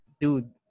dude